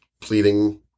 pleading